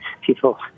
people